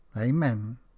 Amen